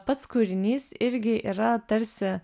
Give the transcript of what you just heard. pats kūrinys irgi yra tarsi